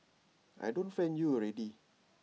I don't friend you already